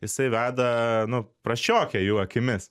jisai veda nu prasčiokę jų akimis